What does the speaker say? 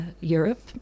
Europe